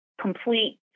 complete